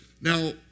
Now